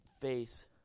face